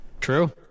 True